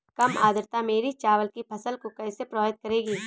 कम आर्द्रता मेरी चावल की फसल को कैसे प्रभावित करेगी?